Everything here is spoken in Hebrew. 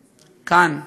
כאן,